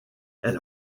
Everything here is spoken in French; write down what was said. elle